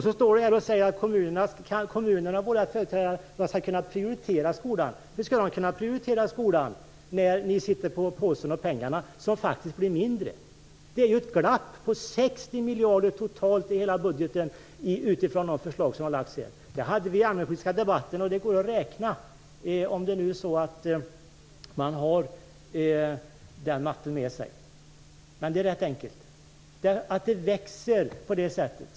Sedan säger Ulf Melin att kommunerna skall kunna prioritera skolan. Hur skall de kunna prioritera skolan när ni sitter på påsen med pengarna, som faktiskt blir mindre? Det är ett glapp på 60 miljarder totalt i hela budgeten utifrån de förslag som har lagts fram här. Det hade vi uppe i allmänpolitiska debatten, och det går att räkna fram om man nu har de mattekunskaperna med sig. Men det är rätt enkelt. Det växer på det sättet.